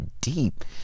deep